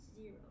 zero